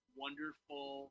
wonderful